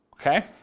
Okay